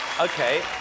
Okay